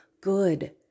good